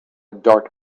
dark